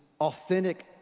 authentic